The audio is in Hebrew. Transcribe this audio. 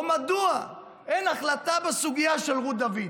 או מדוע אין החלטה בסוגיה של רות דוד?